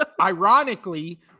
ironically